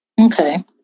Okay